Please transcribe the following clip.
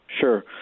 Sure